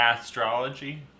Astrology